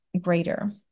greater